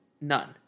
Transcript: none